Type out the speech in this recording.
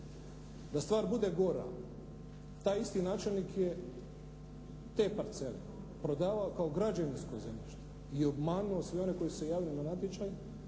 Da stvar bude gora, taj isti načelnik je te parcele prodavao kao građevinsko zemljište i obmanuo sve one koji su se javili na natječaj,